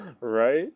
right